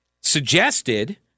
suggested